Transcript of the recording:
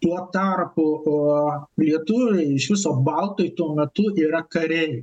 tuo tarpu o lietuviai iš viso baltai tuo metu yra kariai